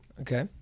Okay